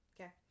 Okay